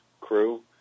crew